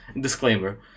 disclaimer